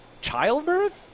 childbirth